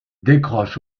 décroche